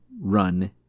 run